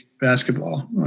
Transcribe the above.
basketball